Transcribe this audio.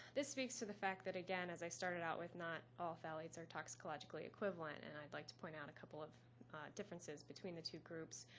this speaks to the fact that, again, as i started out with not all phthalates are toxicologically equivalent and i'd like to point out a couple of differences between the two groups.